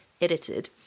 edited